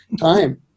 Time